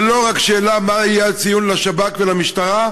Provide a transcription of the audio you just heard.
זו לא רק שאלה מה יהיה הציון לשב"כ ולמשטרה,